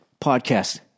podcast